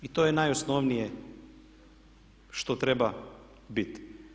I to je najosnovnije što treba biti.